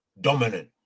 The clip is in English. dominant